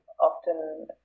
often